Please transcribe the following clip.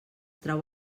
trau